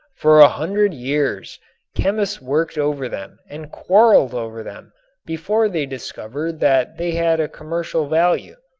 for a hundred years chemists worked over them and quarreled over them before they discovered that they had a commercial value.